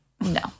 No